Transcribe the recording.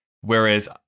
Whereas